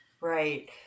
Right